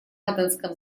аденском